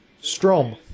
Strom